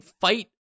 fight